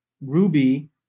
Ruby